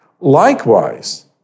Likewise